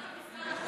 אדוני השר,